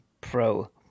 Pro